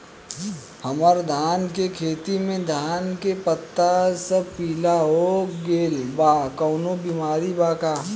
हमर धान के खेती में धान के पता सब पीला हो गेल बा कवनों बिमारी बा का?